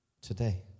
today